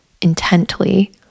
intently